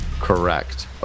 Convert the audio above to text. Correct